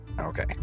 Okay